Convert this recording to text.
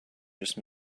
just